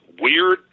weird